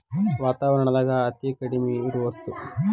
ವಾತಾವರಣದಾಗ ಅತೇ ಕಡಮಿ ಇರು ವಸ್ತು